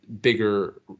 bigger